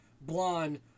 blonde